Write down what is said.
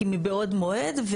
מבעוד מועד.